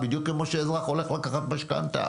זה בדיוק כמו שאזרח הולך לקחת משכנתה.